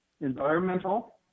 environmental